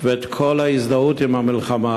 ואת כל ההזדהות עם המלחמה.